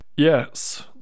Yes